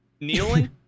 kneeling